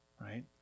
right